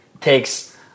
takes